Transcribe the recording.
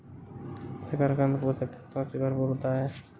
शकरकन्द पोषक तत्वों से भरपूर होता है